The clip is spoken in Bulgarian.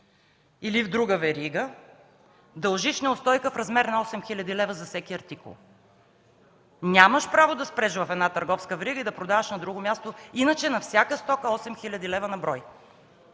или в друга верига, дължиш неустойка в размер на 8 хил. лв. за всеки артикул. Нямаш право да спреш в една търговска верига и да продаваш на друго място, иначе на всяка стока – 8 хил. лв. на брой.